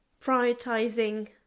prioritizing